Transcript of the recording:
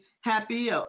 happy